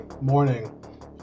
morning